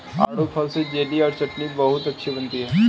आड़ू फल से जेली और चटनी बहुत अच्छी बनती है